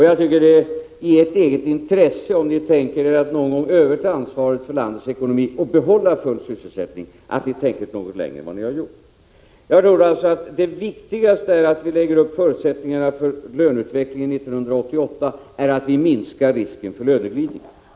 Jag tycker att det är i ert eget intresse, om ni syftar till att någon gång överta ansvaret för landets ekonomi och behålla full sysselsättning, att tänka något längre än vad ni har gjort. Den viktigaste utgångspunkten när vi lägger upp förutsättningarna för löneutvecklingen 1988 är att minska risken för löneglidning.